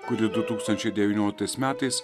kuri du tūkstančiai devynioliktais metais